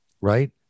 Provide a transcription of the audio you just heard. Right